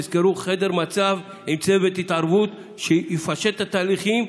תזכרו: חדר מצב עם צוות התערבות שיפשט את ההליכים,